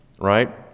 right